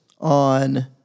on